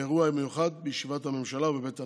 באירוע מיוחד בישיבת הממשלה ובבית הנשיא.